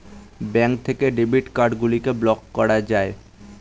bank থেকে debit card গুলিকে block করা যায়